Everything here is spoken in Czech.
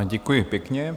Děkuji pěkně.